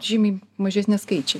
žymiai mažesni skaičiai